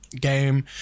game